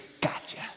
gotcha